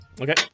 Okay